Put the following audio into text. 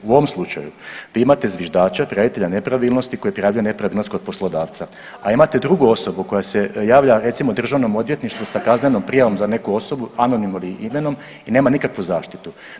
U ovom slučaju gdje imate zviždača, prijavitelja nepravilnosti koji je prijavio nepravilnost kod poslodavca, a imate drugu osobu koja se javlja recimo Državnom odvjetništvu sa kaznenom prijavom za neku osobu anonimnim imenom i nema nikakvu zaštitu.